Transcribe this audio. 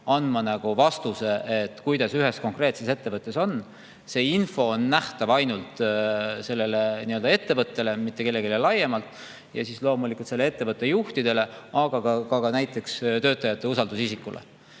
andma vastuse, kuidas ühes konkreetses ettevõttes on. See info on nähtav ainult sellele ettevõttele, mitte kellelegi laiemalt, ja loomulikult selle ettevõtte juhtidele, aga ka näiteks töötajate usaldusisikule.